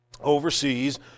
overseas